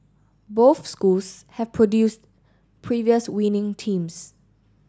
both schools have produced previous winning teams